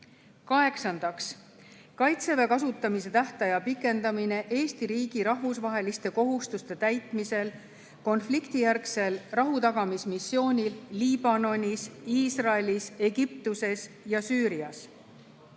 Kaheksandaks, "Kaitseväe kasutamise tähtaja pikendamine Eesti riigi rahvusvaheliste kohustuste täitmisel konfliktijärgsel rahutagamismissioonil Liibanonis, Iisraelis, Egiptuses ja Süürias".